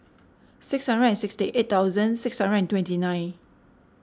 six hundred and sixty eight thousand six hundred and twenty nine